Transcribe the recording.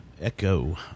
Echo